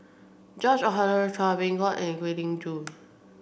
George Oehlers Chua Beng Huat and Kwek Leng Joo